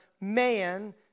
man